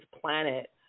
planet